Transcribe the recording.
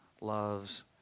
loves